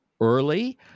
early